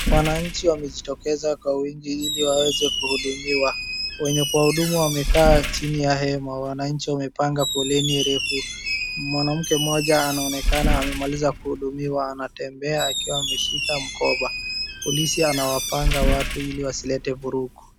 Wananchi wamejitokeza kwa wingi ili waweze kuhudumiwa. Wenye kuwahudumu wamekaa chini ya hema. Wananchi wamepanga foleni refu. Mwanamke mmoja anaonekana amemaliza kuhudumiwa. Anatembea akiwa ameshika mkoba. Polisi anawapanga watu ili wasilete vurugu.